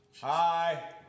Hi